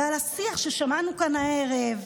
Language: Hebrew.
ועל השיח ששמענו כאן הערב: